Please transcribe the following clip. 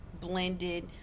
blended